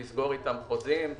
לסגור אתם חוזים,